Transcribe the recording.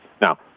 Now